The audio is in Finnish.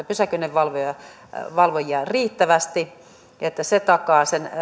pysäköinninvalvojia riittävästi eli se takaa sen